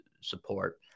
support